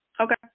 Okay